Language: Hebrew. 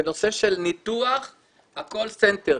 לנושא של ניתוח קול סנטר.